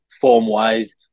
form-wise